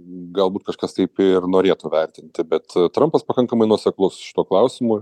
galbūt kažkas taip ir norėtų vertinti bet trampas pakankamai nuoseklus šituo klausimu